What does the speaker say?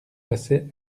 passait